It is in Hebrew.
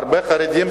הרבה חרדים,